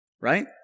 right